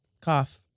Cough